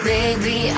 Baby